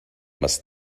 must